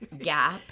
gap